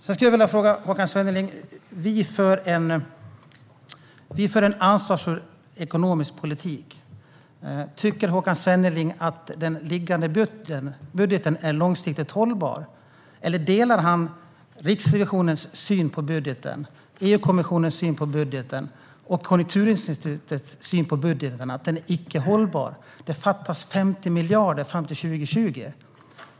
Jag skulle vilja ställa en fråga till Håkan Svenneling. Vi för en ansvarsfull ekonomisk politik. Tycker Håkan Svenneling att den liggande budgeten är långsiktigt hållbar, eller delar han Riksrevisionens, EU-kommissionens och Konjunkturinstitutets syn på budgeten? De anser att den inte är hållbar. Det fattas 50 miljarder fram till 2020.